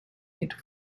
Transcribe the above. into